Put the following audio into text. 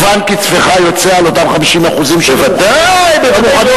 כמובן, קצפך יוצא על אותם 50% שלא מוכנים?